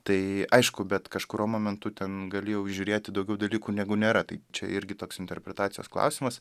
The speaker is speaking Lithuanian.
tai aišku bet kažkuro momentu ten gali jau įžiūrėti daugiau dalykų negu nėra tai čia irgi toks interpretacijos klausimas